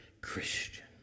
Christian